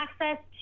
access